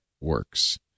works